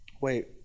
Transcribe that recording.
wait